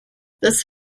this